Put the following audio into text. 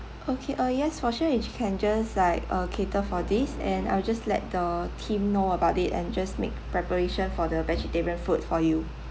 okay uh yes for sure we can just like uh cater for this and I'll just let the team know about it and just make preparation for the vegetarian food for you